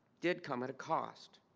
did come at a cost